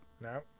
no